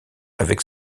avec